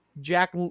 Jack